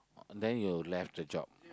then you left the job